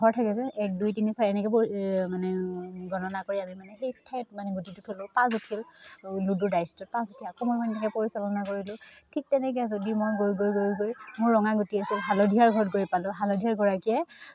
ঘৰ থাকে যে এক দুই তিনি চাৰি এনেকৈ পৰি মানে গণনা কৰি আমি মানে সেই ঠাইত মানে গুটিটো থ'লোঁ পাঁচ উঠিল লুডুৰ দাইছটোত পাঁচ উঠি অকৌ মই মানে এনেকৈ পৰিচালনা কৰিলোঁ ঠিক তেনেকৈ যদি মই গৈ গৈ গৈ গৈ মোৰ ৰঙা গুটি আছিল হালধীয়াৰ ঘৰত গৈ পালোঁ হালধীয়াৰগৰাকীয়ে